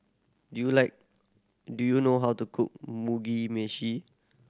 do you like do you know how to cook Mugi Meshi